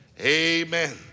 Amen